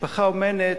שמשפחה אומנת,